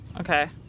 Okay